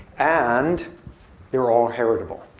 and they're all heritable.